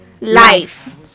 Life